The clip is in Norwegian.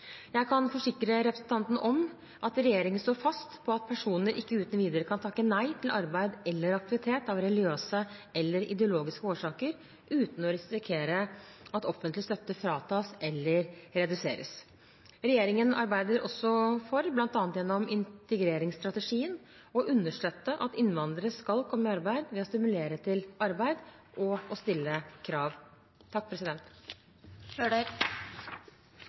Jeg kan forsikre representanten om at regjeringen står fast på at personer ikke uten videre kan takke nei til arbeid eller aktivitet av religiøse eller ideologiske årsaker uten å risikere at offentlig støtte fratas dem eller reduseres. Regjeringen arbeider også, bl.a. gjennom integreringsstrategien, for å understøtte at innvandrere skal komme i arbeid, ved å stimulere til arbeid og stille krav.